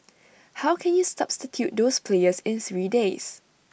how can you substitute those players in three days